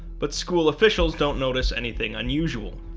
but school officials don't notice anything unusual.